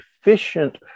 efficient